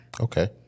Okay